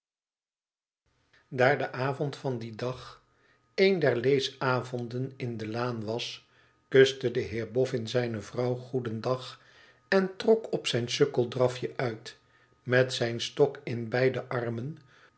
daar de avond van dien dag een der leesavonden in de laan was kuste de heer boffin zijne vrouw goedendag en trok op zijn sukkeldrafje uit met zijn stok in beide armen